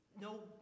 no